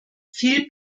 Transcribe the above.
viel